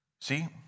See